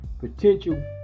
potential